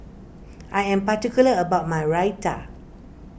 I am particular about my Raita